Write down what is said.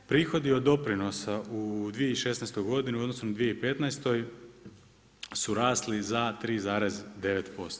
Prihodi od doprinosa u 2016. godini u odnosu na 2015. su rasli za 3,9%